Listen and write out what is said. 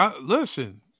listen